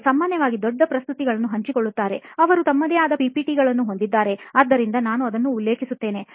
ಅವರು ಸಾಮಾನ್ಯವಾಗಿ ದೊಡ್ಡ ಪ್ರಸ್ತುತಿಗಳನ್ನು ಹಂಚಿಕೊಳ್ಳುತ್ತಾರೆ ಅವರು ತಮ್ಮದೇ ಆದ ಪಿಪಿಟಿಯನ್ನು ಹೊಂದಿದ್ದಾರೆ ಆದ್ದರಿಂದ ನಾನು ಅದನ್ನು ಉಲ್ಲೇಖಿಸುತ್ತೇನೆ